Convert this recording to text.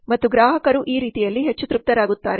ಮತ್ತು ಗ್ರಾಹಕರು ಈ ರೀತಿಯಲ್ಲಿ ಹೆಚ್ಚು ತೃಪ್ತರಾಗುತ್ತಾರೆ